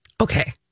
Okay